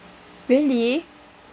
really